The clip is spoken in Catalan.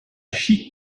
xic